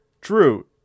Drew